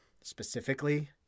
specifically